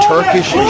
Turkish